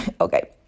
okay